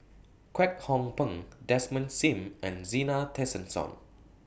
Kwek Hong Png Desmond SIM and Zena Tessensohn